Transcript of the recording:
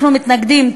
אנחנו מתנגדים,